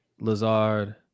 Lazard